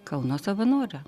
kauno savanore